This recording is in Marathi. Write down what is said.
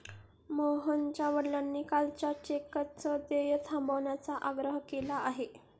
मोहनच्या वडिलांनी कालच्या चेकचं देय थांबवण्याचा आग्रह केला आहे